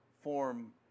form